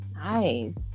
Nice